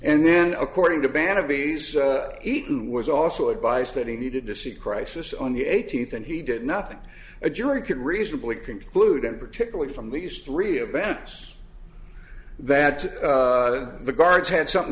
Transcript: and then according to band of bees ethan was also advised that he needed to seek crisis on the eighteenth and he did nothing a jury could reasonably conclude and particularly from these three abbess that the guards had something